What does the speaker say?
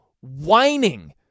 whining